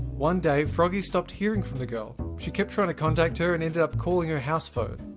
one day, froggy stopped hearing from the girl. she kept trying to contact her, and ended up calling her house phone.